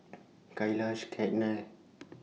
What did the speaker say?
Kailash Ketna